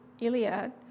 Iliad